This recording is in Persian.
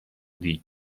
دیگ